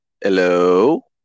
Hello